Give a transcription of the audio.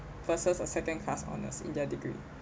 versus a second class honors in their degree